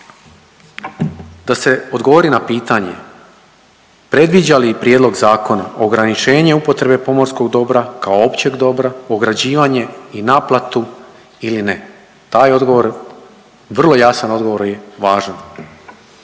da se odgovori na pitanje predviđa li prijedlog zakona ograničenje upotrebe pomorskog dobra kao općeg dobra, ograđivanje i naplatu ili ne. Taj odgovor, vrlo jasan odgovor je važan.